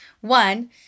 one